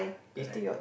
correct